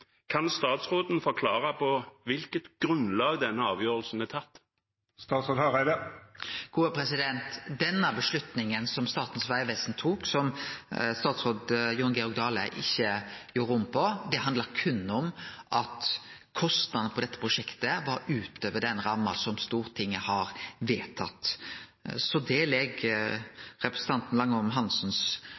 kan statsråden forklare på hvilket grunnlag denne avgjørelsen er tatt? Den avgjerda som Statens vegvesen tok, som dåverande statsråd Jon Georg Dale ikkje gjorde om på, handla berre om at kostnadane på dette prosjektet var utover den ramma som Stortinget har vedtatt. Det ligg i representanten Langholm